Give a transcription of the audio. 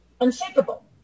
unshakable